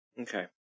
Okay